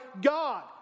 God